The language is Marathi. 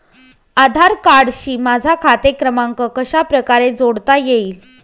आधार कार्डशी माझा खाते क्रमांक कशाप्रकारे जोडता येईल?